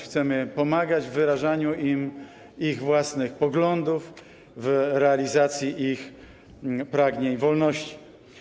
Chcemy pomagać w wyrażaniu im ich własnych poglądów, w realizacji ich pragnień wolności.